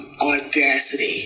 audacity